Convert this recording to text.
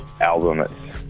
album